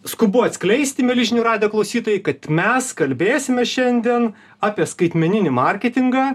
skubu atskleisti mieli žinių radijo klausytojai kad mes kalbėsimės šiandien apie skaitmeninį marketingą